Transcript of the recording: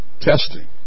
testing